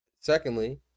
Secondly